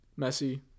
Messi